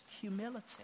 humility